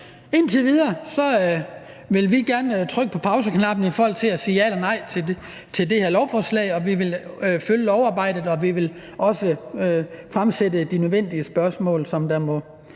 indtil videre vil vi gerne trykke på pauseknappen i forhold til at sige ja eller nej til det her lovforslag. Vi vil følge lovarbejdet, og vi vil også stille de nødvendige spørgsmål, der